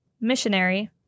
Missionary